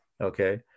Okay